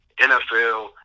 NFL